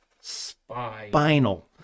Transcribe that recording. spinal